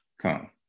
come